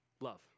love